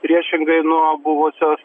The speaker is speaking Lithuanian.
priešingai nuo buvusios